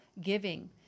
giving